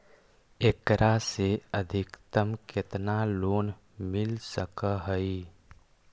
एकरा से अधिकतम केतना लोन मिल सक हइ?